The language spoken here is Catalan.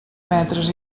metres